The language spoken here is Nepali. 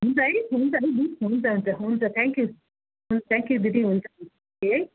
हुन्छ है हुन्छ है दी हुन्छ हुन्छ हुन्छ थ्याङ्क्यु हुन्छ थ्याङ्क्यु हुन्छ दिदी है